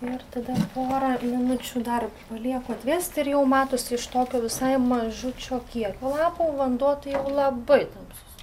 ir tada porą minučių dar palieku atvėst ir jau matosi iš tokio visai mažučio kiekio lapų vanduo tai jau labai tamsus